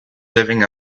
living